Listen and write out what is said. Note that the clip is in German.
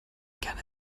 gerne